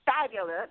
fabulous